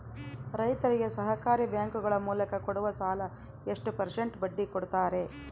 ರೈತರಿಗೆ ಸಹಕಾರಿ ಬ್ಯಾಂಕುಗಳ ಮೂಲಕ ಕೊಡುವ ಸಾಲ ಎಷ್ಟು ಪರ್ಸೆಂಟ್ ಬಡ್ಡಿ ಕೊಡುತ್ತಾರೆ?